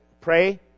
pray